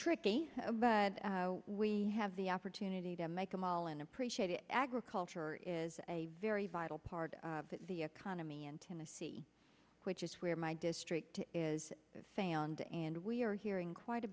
tricky but we have the opportunity to make them all and appreciate it agriculture is a very vital part of the economy in tennessee which is where my district is fanned and we are hearing quite a